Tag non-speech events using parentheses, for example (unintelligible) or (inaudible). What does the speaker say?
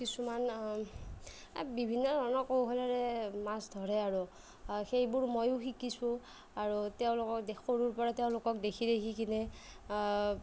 কিছুমান এ বিভিন্ন ধৰণৰ কৌশলৰে মাছ ধৰে আৰু সেইবোৰ ময়ো শিকিছোঁ আৰু তেওঁলোকক (unintelligible) সৰুৰ পৰা তেওঁলোকক দেখি দেখি কিনে